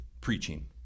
preaching